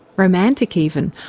romantic even,